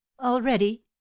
already